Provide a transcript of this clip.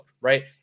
right